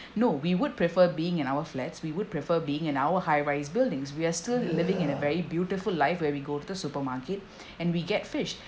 no we would prefer being in our flats we would prefer being in our high rise buildings we are still living in a very beautiful life where we go to the supermarket and we get fish